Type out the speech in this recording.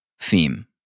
theme